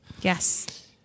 Yes